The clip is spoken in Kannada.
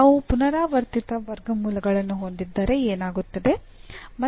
ನಾವು ಪುನರಾವರ್ತಿತ ವರ್ಗಮೂಲಗಳನ್ನು ಹೊಂದಿದ್ದರೆ ಏನಾಗುತ್ತದೆ